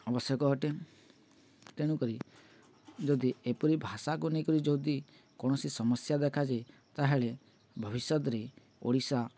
ଆବଶ୍ୟକ ଅଟେ ତେଣୁକରି ଯଦି ଏପରି ଭାଷାକୁ ନେଇକରି ଯଦି କୌଣସି ସମସ୍ୟା ଦେଖାଯାଏ ତାହେଲେ ଭବିଷ୍ୟତରେ ଓଡ଼ିଶା